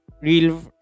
real